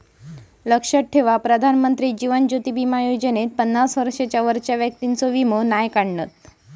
लक्षात ठेवा प्रधानमंत्री जीवन ज्योति बीमा योजनेत पन्नास वर्षांच्या वरच्या व्यक्तिंचो वीमो नाय काढणत